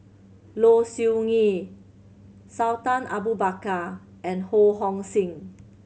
Low Siew Nghee Sultan Abu Bakar and Ho Hong Sing